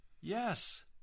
Yes